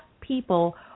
people